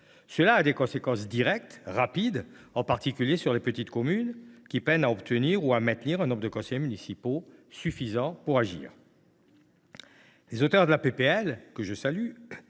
Cela a des conséquences directes et rapides, en particulier sur les petites communes, qui peinent à obtenir ou à maintenir un nombre de conseillers municipaux suffisant pour agir. En ramenant le nombre